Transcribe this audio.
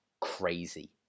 crazy